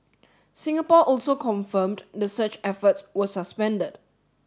Singapore also confirmed the search efforts were suspended